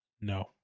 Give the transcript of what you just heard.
no